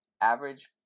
average